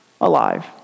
alive